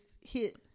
hit